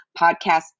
podcast